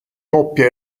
coppia